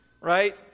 right